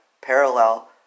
parallel